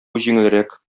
җиңелрәк